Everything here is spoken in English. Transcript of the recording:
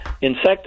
insect